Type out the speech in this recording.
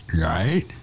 Right